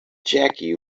jackie